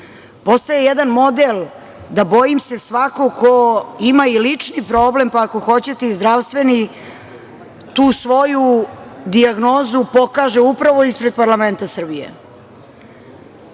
Postaje jedan model da, bojim se, svako ko ima i lični problem, pa ako hoćete i zdravstveni, tu svoju dijagnozu pokaže upravo ispred parlamenta Srbije. Ta